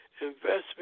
investment